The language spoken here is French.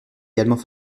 également